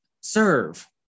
serve